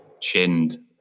chinned